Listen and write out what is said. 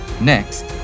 Next